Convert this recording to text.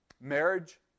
Marriage